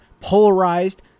polarized